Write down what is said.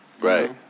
Right